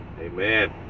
amen